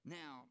now